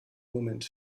moment